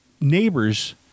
neighbor's